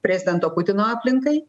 prezidento putino aplinkai